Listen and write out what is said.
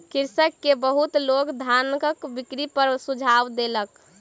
कृषक के बहुत लोक धानक बिक्री पर सुझाव देलक